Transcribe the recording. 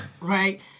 right